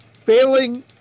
Failing